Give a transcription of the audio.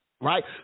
right